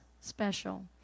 special